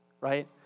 right